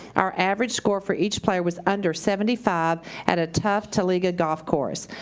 our average score for each player was under seventy five at a tough talega golf course.